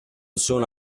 sono